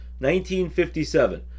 1957